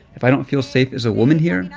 if i don't feel safe as a woman here,